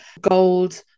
gold